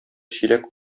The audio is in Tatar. чиләк